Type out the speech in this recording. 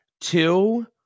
Two